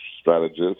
strategist